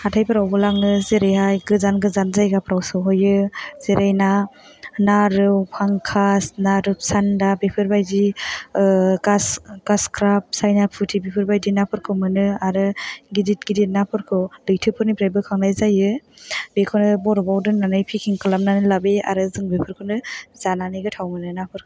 हाथायफोरावबो लाङो जेरैहाय गोजान गोजान जायगाफ्राव सहैयो जेरै ना ना रौ फांकास ना रुपसान्दा बेफोरबायदि गासक्राप साइना पुथि बेफोरबायदि नाफोरखौ मोनो आरो गिदिर गिदिर नाफोरखौ लैथोफोरनिफ्राय बोखांनाय जायो बेखौनो बरफाव दोननानै पेकिं खालामनानै लाबोयो आरो जों बेफोरखौनो जानानै गोथाव मोनो नाफोरखौ